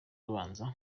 abanza